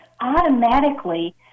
automatically